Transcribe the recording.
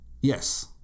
Yes